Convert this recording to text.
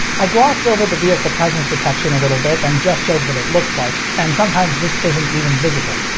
i glossed over the vehicle presence detection a little bit and just showed what it looks like, and sometimes this isn't even visible.